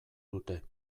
dute